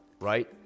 right